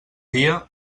dia